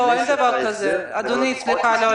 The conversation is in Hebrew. לא, אין דבר כזה, אדוני, סליחה.